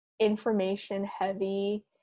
information-heavy